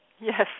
yes